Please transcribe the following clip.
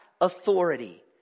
authority